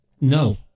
No